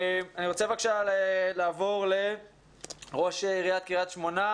נעבור לשמוע